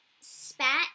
spat